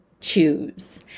choose